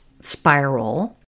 spiral